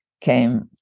came